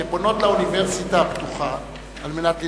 שפונות לאוניברסיטה הפתוחה על מנת ללמוד,